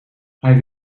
hij